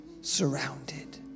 Surrounded